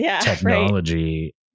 technology